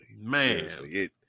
Man